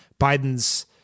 Biden's